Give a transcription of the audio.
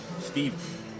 Steve